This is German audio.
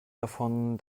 davon